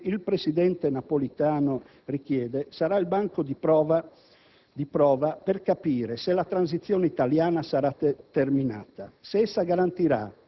La nuova legge elettorale, che il presidente Napolitano richiede, sarà il banco di prova per capire se la transizione italiana sarà